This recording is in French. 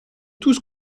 tous